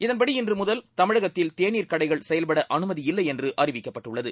இதன்படி இன்றுமுதல்தமிழகத்தில்தேநீர்கடைகள்செயல்படஅனும தியில்லைஎன்றுஅறிவிக்கப்பட்டுள்ளது